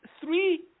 three